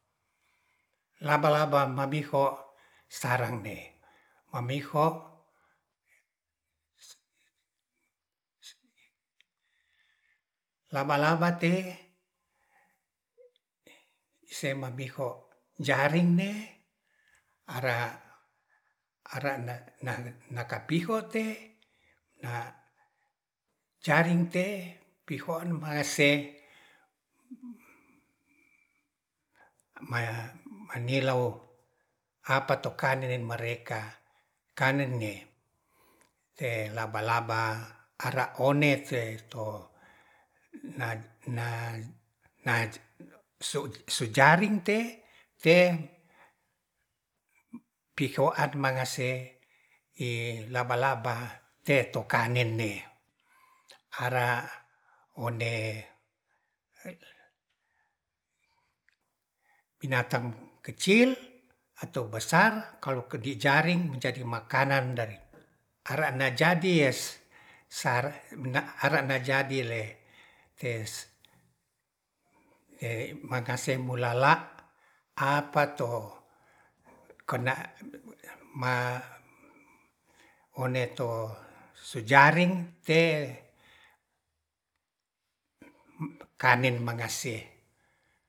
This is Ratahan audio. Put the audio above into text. Laba-laba mamiho sarang ne mamiho laba-laba te'e semabiho jaring ne ara, ara nakapiho te na jaring te pihoa marse ma- manilou apato kanen nen mareka kanen'ne laba-laba ara one se to sujaring te, te piho'an mangase laba-laba laba-laba teto kanen'ne ara onde binatang kecil atau besesar kalau di jaring menjadi makanan dari ara na jadi. ara na jadi le makase mulala apato one to sujaring te'e kanen mangase